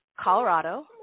Colorado